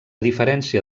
diferència